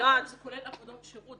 כולל עבודות שירות,